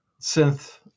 synth